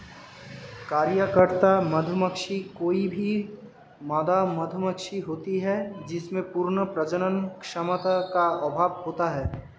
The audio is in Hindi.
कार्यकर्ता मधुमक्खी कोई भी मादा मधुमक्खी होती है जिसमें पूर्ण प्रजनन क्षमता का अभाव होता है